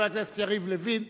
חבר הכנסת יריב לוין,